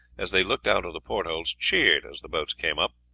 as they looked out of the portholes, cheered as the boats came up.